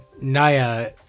Naya